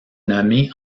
nommée